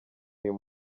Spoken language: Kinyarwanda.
uyu